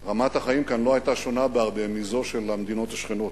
רמת החיים כאן לא היתה שונה בהרבה מזו של המדינות השכנות.